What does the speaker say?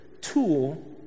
tool